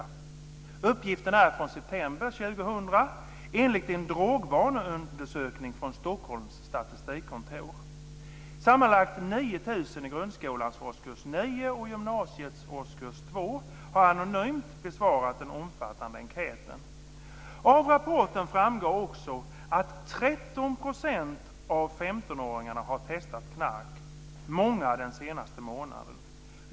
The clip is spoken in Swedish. Den uppgiften är från september 2000 enligt en drogvaneundersökning från Stockholms statistikkontor. Sammanlagt 9 000 i grundskolans årskurs 9 och gymnasiets årskurs 2 har anonymt besvarat den omfattande enkäten. Av rapporten framgår också att 13 % av 15-åringarna har testat knark, många under den senaste månaden.